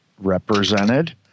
represented